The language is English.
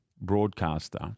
broadcaster